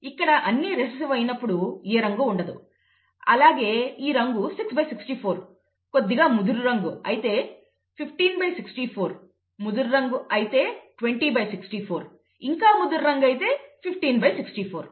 ఇక్కడ అన్ని రిసెసివ్ అయినప్పుడు ఏ రంగు ఉండదు అలాగే ఈ రంగు 664 కొద్దిగా ముదురు రంగు అయితే 1564 ముదురు రంగు అయితే 2064 ఇంకా ముదురు రంగు అయితే 1564